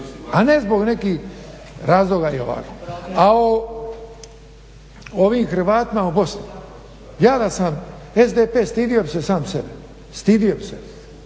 a ne zbog nekih razloga i ovako. A o ovim Hrvatima u Bosni ja da sam SDP stidio bih se sam sebe, stidio bih